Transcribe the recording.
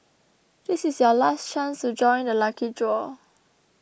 this is your last chance to join the lucky draw